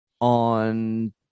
on